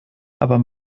aber